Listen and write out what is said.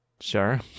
Sure